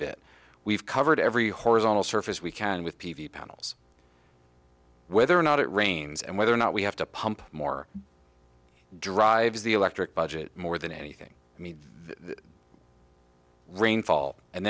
bit we've covered every horizontal surface we can with p v panels whether or not it rains and whether or not we have to pump more drives the electric budget more than anything i mean rainfall and